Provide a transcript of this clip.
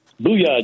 Booyah